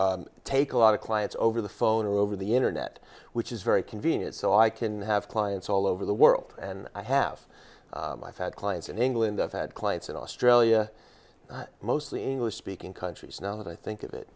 or take a lot of clients over the phone or over the internet which is very convenient so i can have clients all over the world and i have my fat clients in england i've had clients in australia mostly in english speaking countries now that i think of it